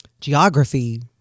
geography